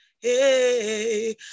hey